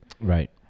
Right